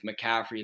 McCaffrey